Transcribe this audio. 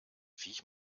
viech